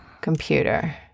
computer